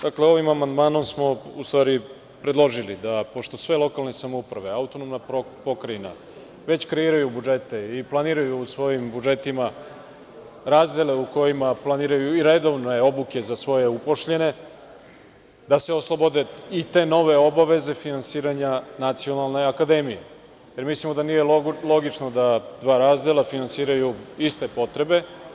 Dakle, ovim amandmanom smo, u stvari, predložili da pošto sve lokalne samouprave AP već kreiraju budžete i planiraju u svojim budžetima razmene u kojima planiraju i redovne obuke za svoje upošljene, da se oslobode i te nove obaveze finansiranja Nacionalnoj akademiji, jer mislimo da nije logično da dva razdela finansiraju iste potrebe.